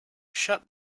shut